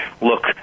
look